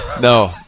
No